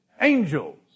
angels